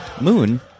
Moon